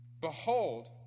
Behold